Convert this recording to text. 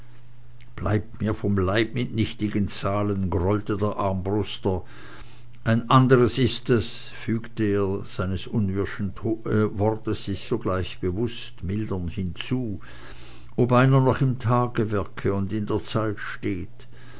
bleibt mir vom leib mit nichtigen zahlen grollte der armbruster ein anderes ist es fügte er seines unwirschen wortes sich sogleich bewußt mildernd hinzu ob einer noch im tagewerke und in der zeit steht